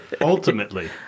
ultimately